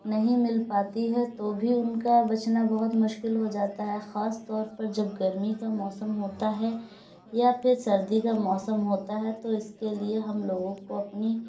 نہیں مل پاتی ہے تو بھی ان کا بچنا بہت مشکل ہو جاتا ہے خاص طور پر جب گرمی کا موسم ہوتا ہے یا پھر سردی کا موسم ہوتا ہے تو اس کے لیے ہم لوگوں کو اپنی